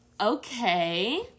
Okay